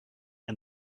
and